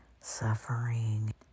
suffering